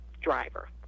driver